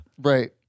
Right